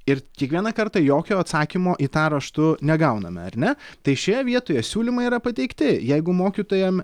ir kiekvieną kartą jokio atsakymo į tą raštu negauname ar ne tai šioje vietoje siūlymai yra pateikti jeigu mokytojam